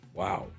wow